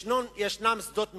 יש שדות מוקשים,